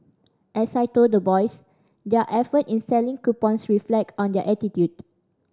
as I told the boys their effort in selling coupons reflect on their attitude